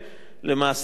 למעשה היה פה,